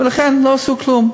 ולכן לא עשו כלום.